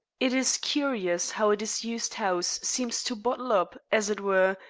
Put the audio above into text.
it is curious how a disused house seems to bottle up, as it were,